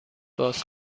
باز